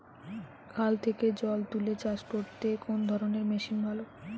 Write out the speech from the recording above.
খাল থেকে জল তুলে চাষ করতে কোন ধরনের মেশিন ভালো?